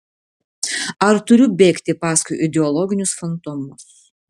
ar turiu bėgti paskui ideologinius fantomus